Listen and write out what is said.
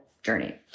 journey